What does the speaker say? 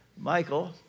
Michael